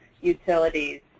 utilities